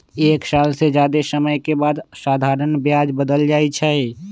एक साल से जादे समय के बाद साधारण ब्याज बदल जाई छई